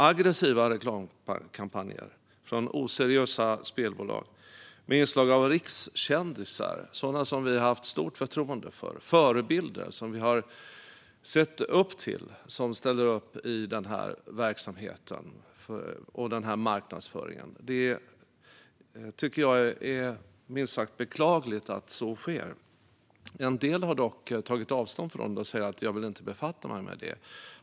Oseriösa spelbolag driver aggressiva reklamkampanjer med inslag av rikskändisar, sådana som vi har haft stort förtroende för, och förebilder som vi har sett upp till. De ställer upp i denna verksamhet och i denna marknadsföring. Jag tycker att det, minst sagt, är beklagligt att så sker. En del - till exempel Hanna Öberg och Charlotte Kalla - har tagit avstånd från detta och säger att de inte vill befatta sig med det.